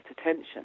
attention